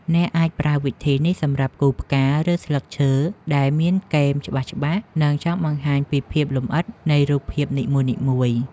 អ្នកអាចប្រើវិធីនេះសម្រាប់គូរផ្កា ឬ ស្លឹកឈើដែលមានគែមច្បាស់ៗ និង ចង់បង្ហាញពីភាពលម្អិតនៃរូបភាពនីមួយៗ។